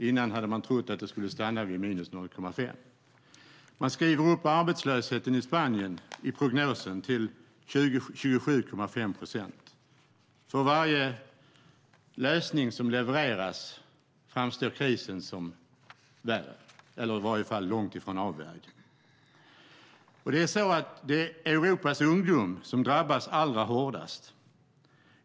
Tidigare hade man trott att det skulle stanna vid minus 0,5. I prognosen skriver man upp arbetslösheten i Spanien till 27,5 procent. För varje läsning som levereras framstår krisen som värre, eller i alla fall långt ifrån avvärjd. Det är Europas ungdom som drabbas allra hårdast.